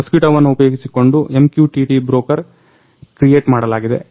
ಮಸ್ಕೀಟೊವನ್ನ ಉಪಯೋಗಿಸಿಕೊಂಡು MQTT broker create ಮಾಡಲಾಗಿದೆ